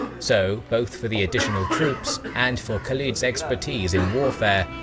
so, both for the additional troops and for khalid's expertise in warfare,